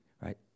right